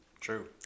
true